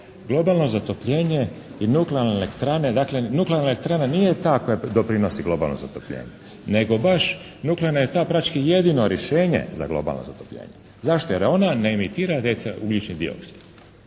Globalno zatopljenje i nuklearne elektrane, dakle nuklearna elektrana nije ta koja doprinosi globalnom zatopljenju nego baš nuklearna … /Ne razumije se./ … jedino rješenje za globalno zatopljenje. Zašto? Jer ona ne emitira ugljični dioksid.